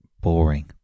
boring